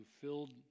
filled